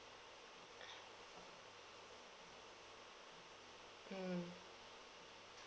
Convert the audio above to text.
mm